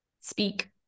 speak